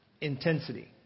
intensity